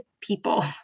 people